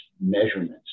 measurements